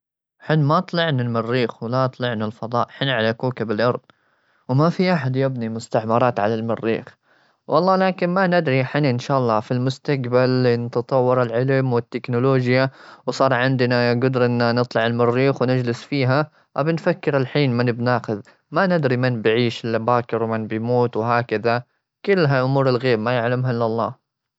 حنا ما طلعنا المريخ ولا طلعنا الفضاء، حنا على كوكب الأرض. وما في أحد يبني مستعمرات على المريخ. والله، لكن ما ندري، حنا إن شاء الله في المستقبل، إن تطور العلم والتكنولوجيا، وصار عندنا قدر إنا نطلع المريخ ونجلس فيها. أبي نفكر الحين، ماني بناخذ ما ندري، من بيعيش للي باكر ومن بيموت وهكذا. كل هاي أمور الغيب ما يعلمها إلا الله.